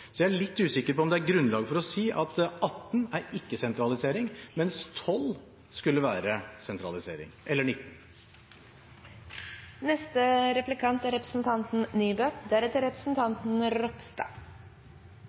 så jeg er litt usikker på om det er grunnlag for å si at 18 er ikke sentralisering, mens 12 skulle være sentralisering, eller